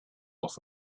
off